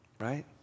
Right